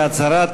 נצטרף